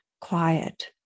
quiet